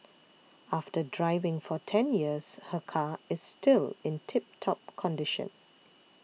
after driving for ten years her car is still in tip top condition